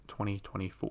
2024